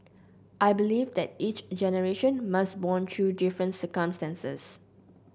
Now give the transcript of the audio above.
I believe that each generation must bond through different circumstances